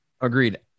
Agreed